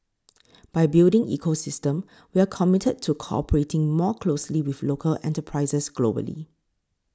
by building ecosystem we are committed to cooperating more closely with local enterprises globally